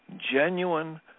Genuine